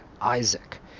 Isaac